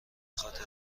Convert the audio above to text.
خاطر